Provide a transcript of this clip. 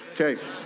Okay